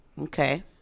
Okay